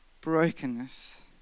brokenness